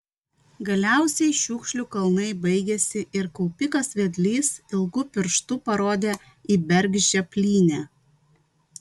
galiausiai šiukšlių kalnai baigėsi ir kaupikas vedlys ilgu pirštu parodė į bergždžią plynę